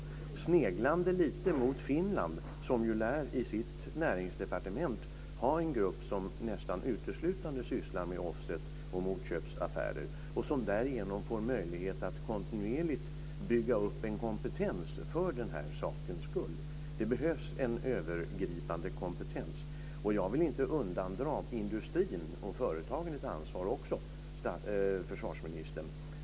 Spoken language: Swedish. Vi kan ju snegla lite på Finland som i sitt näringsdepartement lär ha en grupp som nästan uteslutande sysslar med offset och motköpsaffärer och som därigenom får möjlighet att kontinuerligt bygga upp en kompetens för den här sakens skull. Det behövs en övergripande kompetens. Jag menar inte att inte också industrin och företagen har ett ansvar här, försvarsministern.